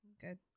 Good